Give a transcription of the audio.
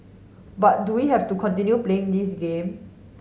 but do we have to continue playing this game